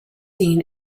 seen